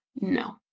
No